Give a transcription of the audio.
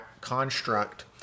construct